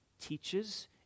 teaches